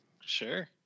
Sure